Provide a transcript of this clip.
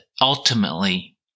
ultimately